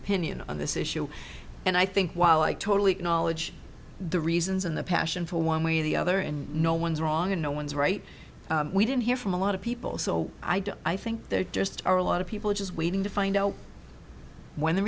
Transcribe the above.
opinion on this issue and i think while i totally knowledge the reasons and the passion for one way or the other and no one's wrong and no one's right we didn't hear from a lot of people so i don't i think there just are a lot of people just waiting to find out when the